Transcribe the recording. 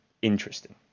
interesting